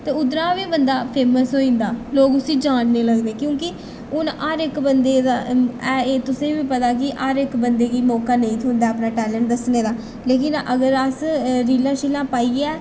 ते उद्धरा बी बंदा फेमस होई जंदा लोक उस्सी जानने लगदे क्योंकि हून हर इक बंदे दा एह् ऐ तुसें गी पता ऐ कि हर इक बंदे गी मौका नेईं थ्होंदा अपना टैलंट दस्सने दा लेकिन अगर अस रीलां शीलां पाइयै